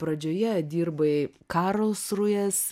pradžioje dirbai karlsrūhės